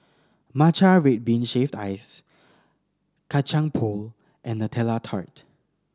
matcha red bean shaved ice Kacang Pool and Nutella Tart